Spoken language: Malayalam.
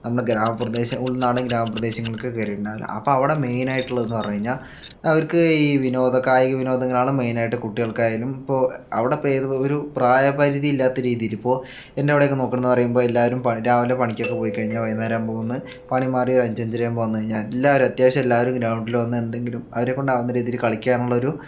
നമ്മുടെ ഗ്രാമപ്രദേശ ഉൾനാടൻ ഗ്രാമപ്രദേശങ്ങളിൽക്ക് കേറിയിട്ടുണ്ടാകില്ല അപ്പോൾ അവിടെ മെയിൻ ആയിട്ടുള്ളത് എന്ന് പറഞ്ഞു കഴിഞ്ഞാൽ അവർക്ക് ഈ വിനോദകായിക വിനോദങ്ങൾ ആണ് മെയിൻ ആയിട്ട് കുട്ടികൾക്ക് ആയാലും ഇപ്പോൾ അവിടെ ഇപ്പോൾ ഏത് ഒരു പ്രായപരിധി ഇല്ലാത്ത രീതിയില് ഇപ്പോൾ എൻറെ അവിടെയൊക്കെ നോക്കുക എന്ന് പറയുമ്പോൾ എല്ലാവരും രാവിലെ പണിക്ക് ഒക്കെ പോയി കഴിഞ്ഞ് വൈകുന്നേരം ആകുമ്പോൾ വന്ന് പണി മാറി അഞ്ച് അഞ്ചര ആകുമ്പോൾ വന്നു എല്ലാവരും അത്യാവശ്യമായി എല്ലാവരും ഗ്രൗണ്ടിൽ വന്ന് എന്തെങ്കിലും അവരെക്കൊണ്ട് ആകുന്ന രീതിയിൽ കളിക്കാനുള്ള ഒരു